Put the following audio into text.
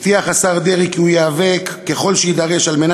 הבטיח השר דרעי כי הוא ייאבק ככל שיידרש כדי